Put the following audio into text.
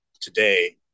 Today